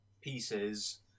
pieces